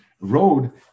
road